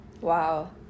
Wow